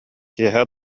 киэһэ